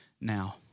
now